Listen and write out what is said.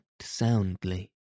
soundly